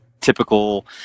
typical